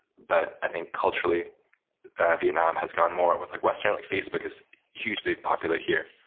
but i think culturally vietnam has gone more with like western. like facebook is hugely popular here,